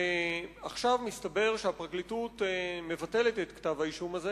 ועכשיו מסתבר שהפרקליטות מבטלת את כתב האישום הזה